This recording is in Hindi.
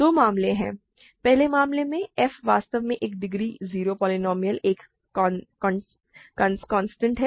दो मामले हैं पहले मामले में f वास्तव में एक डिग्री 0 पोलीनोमिअल एक कांस्टेंट है